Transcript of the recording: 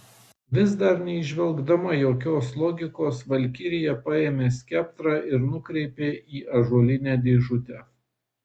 vis dar neįžvelgdama jokios logikos valkirija paėmė skeptrą ir nukreipė į ąžuolinę dėžutę